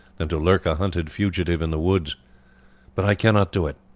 than to lurk a hunted fugitive in the woods but i cannot do it.